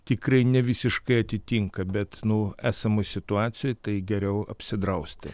tikrai nevisiškai atitinka bet nu esamoj situacijoj tai geriau apsidrausti